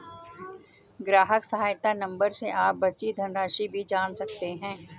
ग्राहक सहायता नंबर से आप बची धनराशि भी जान सकते हैं